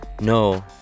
no